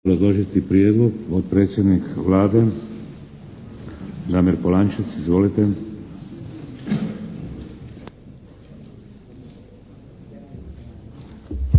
Hvala vam